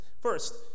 First